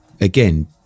again